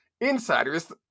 Insiders